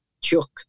Chuck